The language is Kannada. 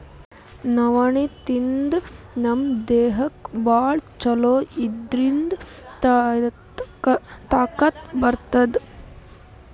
ನವಣಿ ತಿಂದ್ರ್ ನಮ್ ದೇಹಕ್ಕ್ ಭಾಳ್ ಛಲೋ ಇದ್ರಿಂದ್ ತಾಕತ್ ಬರ್ತದ್